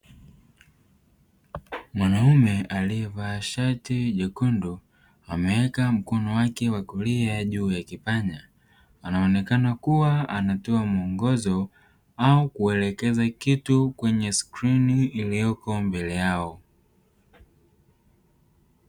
Mwanaume alievaa shati jekundu ameweka mkono wake wa kulia juu ya kipanya anaonekana kuwa anatoa mwongozo au kuelekeza kitu kwenye skrini iliyoko mbele yao.